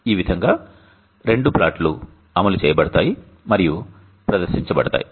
ఈ విధంగా రెండు ప్లాట్లు అమలు చేయబడతాయి మరియు ప్రదర్శించబడతాయి